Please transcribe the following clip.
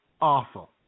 awful